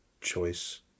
choice